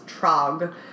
Trog